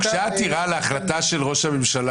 הוגשה עתירה על ההחלטה של ראש הממשלה